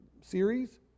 series